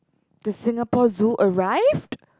the Singapore Zoo arrived